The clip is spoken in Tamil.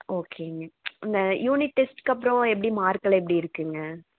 ஓகேங்க இந்த யூனிட் டெஸ்ட்க்கு அப்புறோம் எப்படி மார்க்கெல்லாம் எப்படி இருக்குதுங்க